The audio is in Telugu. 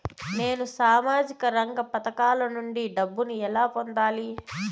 నేను సామాజిక రంగ పథకాల నుండి డబ్బుని ఎలా పొందాలి?